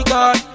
God